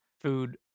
food